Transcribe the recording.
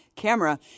Camera